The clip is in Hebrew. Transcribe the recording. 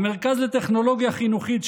המרכז לטכנולוגיה חינוכית,